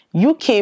UK